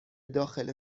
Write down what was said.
داخل